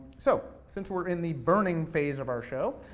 so, since we're in the burning phase of our show,